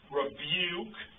rebuke